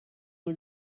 nur